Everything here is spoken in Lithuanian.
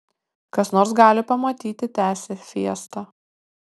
kas nors gali pamatyti tęsė fiesta